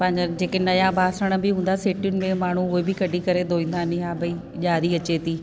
पंहिंजा जेके नया ॿासण बि हूंदा सेटियुनि में माण्हू उहे बि कढी करे धोईंदा आहिनि हा भई ॾिआरी अचे थी